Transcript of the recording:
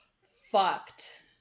fucked